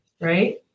right